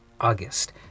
August